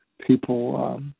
people